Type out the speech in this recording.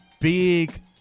big